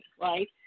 right